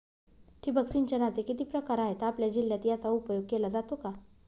ठिबक सिंचनाचे किती प्रकार आहेत? आपल्या जिल्ह्यात याचा उपयोग केला जातो का?